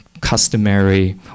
customary